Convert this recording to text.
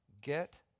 get